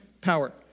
power